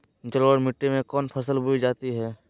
जलोढ़ मिट्टी में कौन फसल बोई जाती हैं?